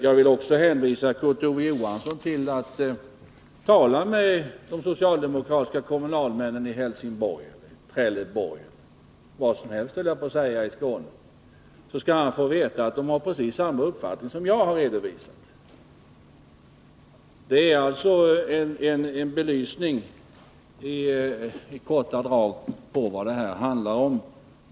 Jag vill också rekommendera Kurt Ove Johansson att tala med de socialdemokratiska kommunalmännen i Helsingborg och Trelleborg — eller var som helst i Skåne. Då kommer han att få veta att de har precis samma uppfattning som jag har redovisat. Det belyser alltså vad det här handlar om.